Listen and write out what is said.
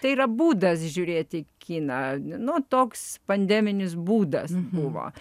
tai yra būdas žiūrėti kiną nu toks pandeminis būdas buvo